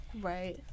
right